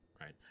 right